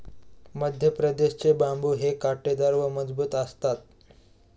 मध्यप्रदेश चे बांबु हे काटेदार व मजबूत असतात